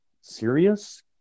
serious